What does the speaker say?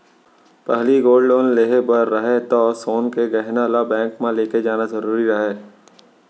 पहिली gold loan लेहे बर रहय तौ सोन के गहना ल बेंक म लेके जाना जरूरी रहय